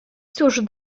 cóż